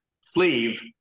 sleeve